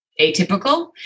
atypical